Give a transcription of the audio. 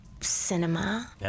cinema